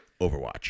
Overwatch